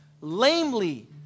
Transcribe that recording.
lamely